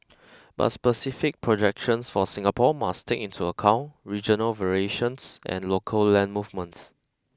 but specific projections for Singapore must take into account regional variations and local land movements